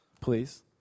Please